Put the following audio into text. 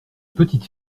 petites